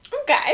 Okay